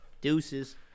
Deuces